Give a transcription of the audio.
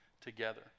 together